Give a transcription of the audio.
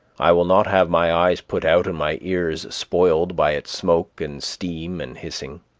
i will not have my eyes put out and my ears spoiled by its smoke and steam and hissing.